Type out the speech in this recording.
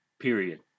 period